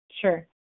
Sure